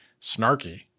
snarky